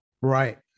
Right